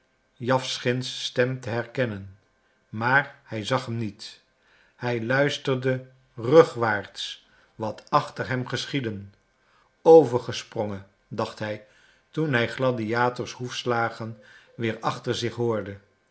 jawschins stem te herkennen maar hij zag hem niet hij luisterde rugwaarts wat achter hem geschiedde overgesprongen dacht hij toen hij gladiators hoefslagen weer achter zich hoorde